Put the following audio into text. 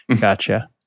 gotcha